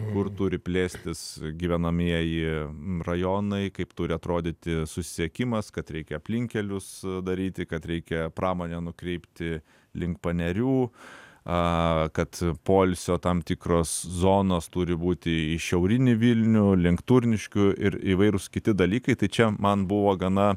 kur turi plėstis gyvenamieji rajonai kaip turi atrodyti susisiekimas kad reikia aplinkkelius daryti kad reikia pramonę nukreipti link panerių a kad poilsio tam tikros zonos turi būti į šiaurinį vilnių link turniškių ir įvairūs kiti dalykai tai čia man buvo gana